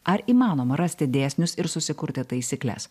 ar įmanoma rasti dėsnius ir susikurti taisykles